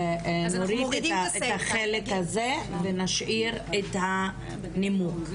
אנחנו נוריד את החלק הזה ונשאיר את הנימוק.